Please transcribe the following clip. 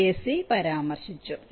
a പരാമർശിച്ചു